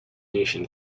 nation